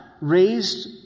raised